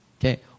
Okay